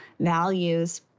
values